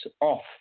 off